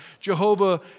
Jehovah